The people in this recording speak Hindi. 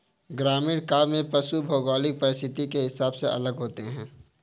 ग्रामीण काव्य में पशु भौगोलिक परिस्थिति के हिसाब से अलग होते हैं